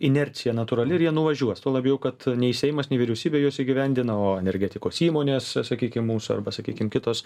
inercija natūrali ir jie nuvažiuos tuo labiau kad nei seimas nei vyriausybė juos įgyvendina o energetikos įmonės sa sakykim mūsų arba sakykim kitos